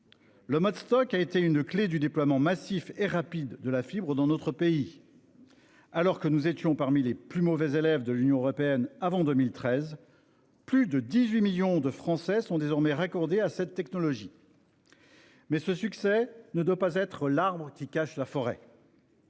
Le mode Stoc a été un élément clé du déploiement massif et rapide de la fibre sur notre territoire. Alors que nous figurions parmi les plus mauvais élèves de l'Union européenne avant 2013, plus de 18 millions de Français sont désormais raccordés à cette technologie. Toutefois, ce succès ne doit pas être l'arbre qui cache la forêt.